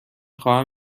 خواهم